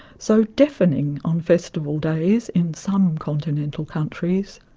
so deafening on festival days in some continental countries.